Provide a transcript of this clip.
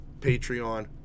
Patreon